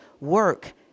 work